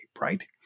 right